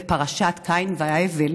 בפרשת קין והבל,